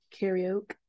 karaoke